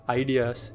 ideas